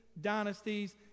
dynasties